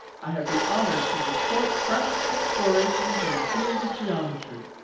i have the honour to report fresh explorations in the field of geometry.